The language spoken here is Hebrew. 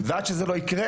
ועד שזה לא יקרה